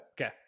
Okay